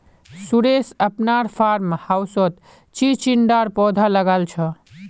सुरेश अपनार फार्म हाउसत चिचिण्डार पौधा लगाल छ